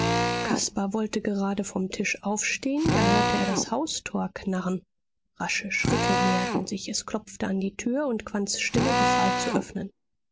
caspar wollte gerade vom tisch aufstehen da hörte er das haustor knarren rasche schritte näherten sich es klopfte an die tür und quandts stimme befahl zu öffnen